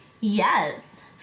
Yes